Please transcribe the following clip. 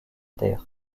terres